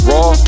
Raw